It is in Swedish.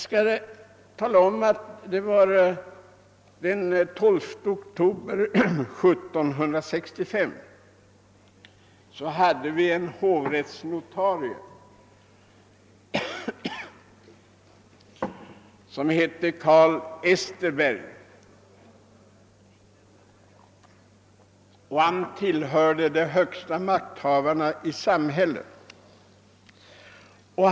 Den 12 oktober 1765 uttalade sig en hovrättsnotarie som hette Carl Esterberg om de högsta makthavarna i samhället.